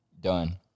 done